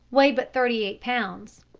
weigh but thirty-eight pounds.